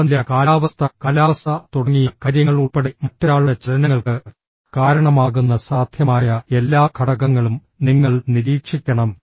താപനില കാലാവസ്ഥ കാലാവസ്ഥ തുടങ്ങിയ കാര്യങ്ങൾ ഉൾപ്പെടെ മറ്റൊരാളുടെ ചലനങ്ങൾക്ക് കാരണമാകുന്ന സാധ്യമായ എല്ലാ ഘടകങ്ങളും നിങ്ങൾ നിരീക്ഷിക്കണം